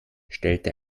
stellte